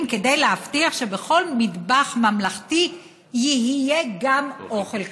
כדי להבטיח שבכל מטבח ממלכתי יהיה גם אוכל כשר.